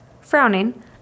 Frowning